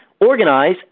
organize